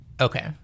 Okay